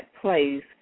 place